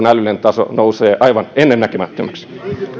älyllinen taso nousee aivan ennennäkemättömäksi